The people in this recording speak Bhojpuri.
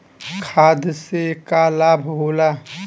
खाद्य से का लाभ होला?